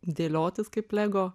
dėliotis kaip lego